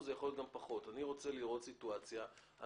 גם לגבי המעורבות של שלטון מקומי בסיטואציה כזאת,